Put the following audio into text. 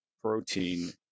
protein